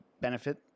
benefit